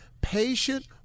patient